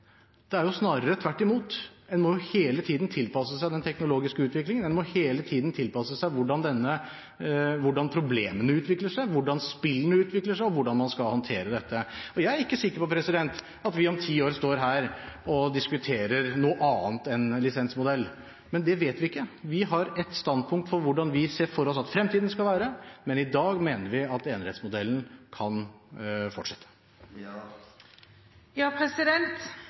Det er jo snarere tvert imot. En må hele tiden tilpasse seg den teknologiske utviklingen. En må hele tiden tilpasse seg hvordan problemene utvikler seg, hvordan spillene utvikler seg, og hvordan man skal håndtere dette. Jeg er ikke sikker på at vi om ti år står her og diskuterer noe annet enn en lisensmodell, men det vet vi ikke. Vi har et standpunkt for hvordan vi ser for oss at fremtiden skal være, men i dag mener vi at enerettsmodellen kan fortsette.